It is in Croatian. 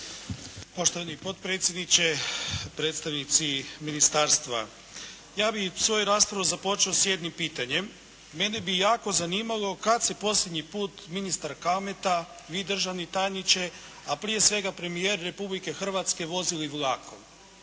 Poštovani potpredsjedniče, predstavnici ministarstva. Ja bih svoju raspravu započeo s jednim pitanjem. Mene bi jako zanimalo kada se posljednji put ministar Kalmeta, vi državni tajniče, a prije svega premijer Republike Hrvatske vozili vlakom?